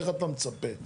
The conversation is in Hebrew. איך אתה מצפה שחברה,